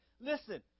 Listen